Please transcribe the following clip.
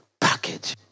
package